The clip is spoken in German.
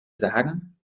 sagen